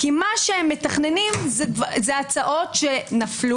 כי מה שהם מתכננים זה הצעות שנפלו,